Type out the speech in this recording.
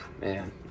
Man